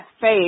faith